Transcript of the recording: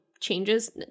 changes